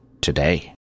today